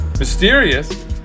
Mysterious